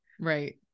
right